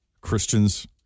Christian's